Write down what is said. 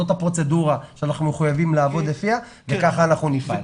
זאת הפרוצדורה שאנחנו חייבים לעבוד לפיה וכך אנחנו נפעל.